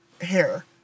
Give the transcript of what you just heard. hair